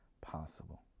possible